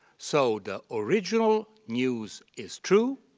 so the original news is true,